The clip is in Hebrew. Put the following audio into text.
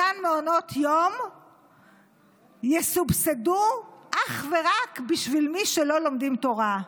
אותם מעונות יום יסובסדו אך ורק בשביל מי שלא לומדים תורה.